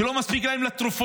כשזה לא מספיק להם לתרופות,